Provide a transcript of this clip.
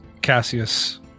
Cassius